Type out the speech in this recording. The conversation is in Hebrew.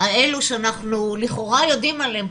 האלו שאנחנו לכאורה יודעים עליהן,